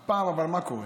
אבל הפעם מה קורה?